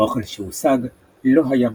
האוכל שהושג לא היה מספיק,